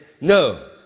No